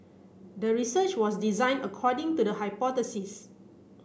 the research was designed according to the hypothesis